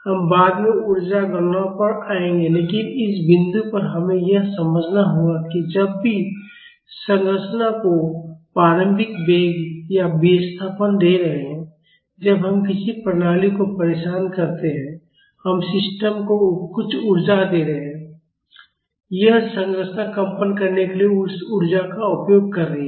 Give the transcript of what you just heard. हम बाद में ऊर्जा गणनाओं पर आएंगे लेकिन इस बिंदु पर हमें यह समझना होगा कि जब भी हम संरचना को प्रारंभिक वेग ẋ या विस्थापन x दे रहे हैं जब हम किसी प्रणाली को परेशान करते हैं हम सिस्टम को कुछ ऊर्जा दे रहे हैं और संरचना कंपन करने के लिए उस ऊर्जा का उपयोग कर रही है